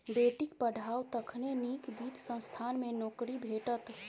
बेटीक पढ़ाउ तखने नीक वित्त संस्थान मे नौकरी भेटत